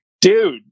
dude